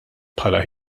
bħala